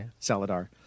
Saladar